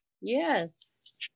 Yes